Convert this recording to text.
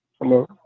Hello